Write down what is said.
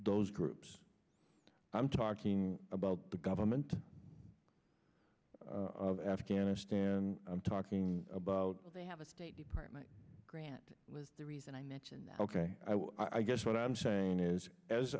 those groups i'm talking about the government of afghanistan i'm talking about they have a state department grant was the reason i mention that ok i guess what i'm saying is as